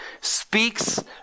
speaks